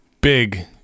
Big